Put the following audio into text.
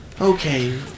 Okay